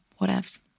whatevs